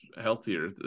healthier